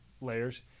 layers